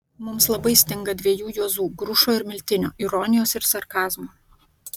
mums labai stinga dviejų juozų grušo ir miltinio ironijos ir sarkazmo